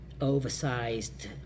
oversized